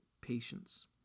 patience